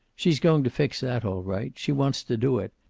she's going to fix that, all right. she wants to do it.